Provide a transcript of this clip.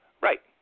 Right